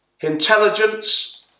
intelligence